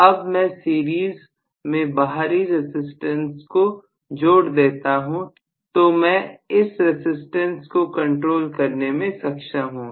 अब मैं सीरीज में बाहरी रसिस्टम्स को जोड़ देता हूं तो मैं इस रसिस्टम्स को कंट्रोल करने में सक्षम हूं